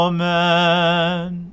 Amen